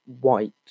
white